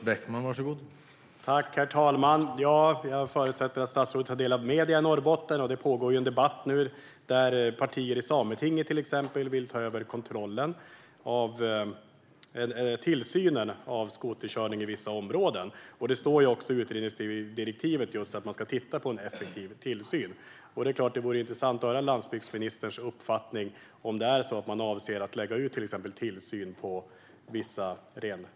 Herr talman! Jag förutsätter att statsrådet följer medierna i Norrbotten. Det pågår ju en debatt nu där partier i Sametinget till exempel vill ta över kontrollen och tillsynen över skoterkörning i vissa områden. Det står också i utredningsdirektivet just att man ska titta på en effektiv tillsyn. Det vore intressant att höra landsbygdsministerns uppfattning om det är så att man avser att lägga ut till exempel tillsyn på vissa renskötare.